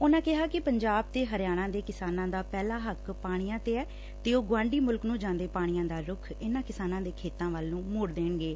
ਉਨਾਂ ਕਿਹਾ ਕਿ ਪੰਜਾਬ ਤੇ ਹਰਿਆਣਾ ਦੇ ਕਿਸਾਨਾਂ ਦਾ ਪਹਿਲਾਂ ਹੱਕ ਪਾਣੀਆਂ ਤੇ ਏ ਤੇ ਉਹ ਗੁਆਂਢੀ ਮੁਲਕ ਨੂੰ ਜਾਂਦੇ ਪਾਣੀਆਂ ਦਾ ਰੁੱਖ ਇਨਾਂ ਕਿਸਾਨਾਂ ਦੇ ਖੇਤਾਂ ਵੱਲ ਨੂੰ ਸੋੜ ਦੇਣਗੇ